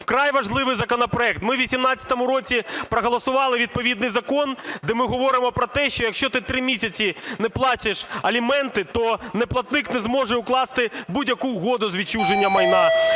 Украй важливий законопроект. Ми в 18-му році проголосували відповідний закон, де ми говоримо про те, що якщо ти 3 місяці не платиш елементи, то неплатник не зможе укласти будь-яку угоду з відчуження майна,